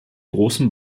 großen